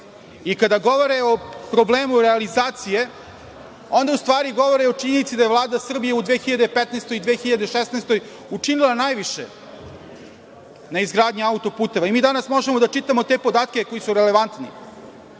Kada govore o problemu realizacije, onda u stvari govore o činjenici da je Vlada Srbije u 2015. i 2016. godini učinila najviše na izgradnji autoputeva. Mi danas možemo da čitamo te podatke koji su relevantni